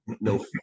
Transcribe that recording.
no